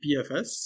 PFS